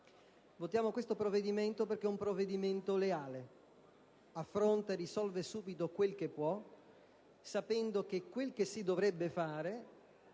Votiamo questo provvedimento perché è leale ed affronta e risolve subito quel che può, sapendo che quel che si dovrebbe fare,